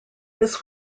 this